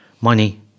money